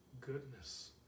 goodness